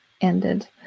ended